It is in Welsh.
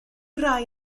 rhai